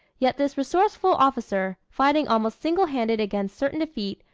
yet this resourceful officer, fighting almost single-handed against certain defeat,